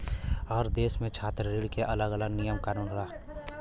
हर देस में छात्र ऋण के अलग अलग नियम कानून होला